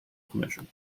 commission